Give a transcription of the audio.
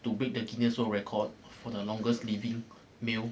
to break the guinness world record for the longest living male